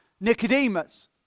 Nicodemus